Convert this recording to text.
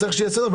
צריך שיהיה סדר.